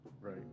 Right